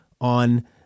on